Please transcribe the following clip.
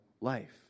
life